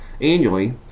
annually